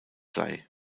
sei